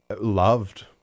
loved